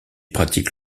pratique